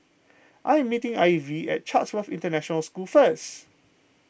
I am meeting Ivey at Chatsworth International School first